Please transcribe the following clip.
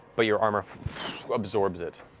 but your armor absorbs it.